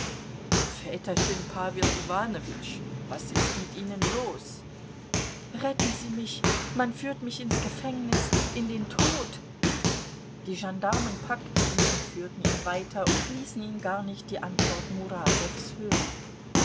väterchen pawel iwanowitsch was ist mit ihnen los retten sie mich man führt mich ins gefängnis in den tod die gendarmen packten ihn und führten ihn weiter und ließen ihn gar nicht die antwort murasows hören